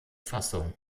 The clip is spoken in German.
fassung